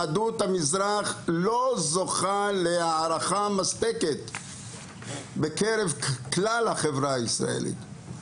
יהדות המזרח לא זוכה להערכה מספקת בקרב כלל החברה הישראלית.